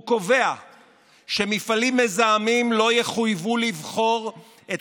הוא קובע שמפעלים מזהמים לא יחויבו לבחור את